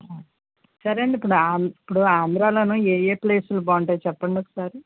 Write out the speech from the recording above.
సరే అండి ఇప్పుడు ఆంధ్ర ఇప్పుడు ఆంధ్రలో ఏ ఏ ప్లేస్లు బాగుంటాయి చెప్పండి ఒకసారి